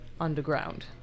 underground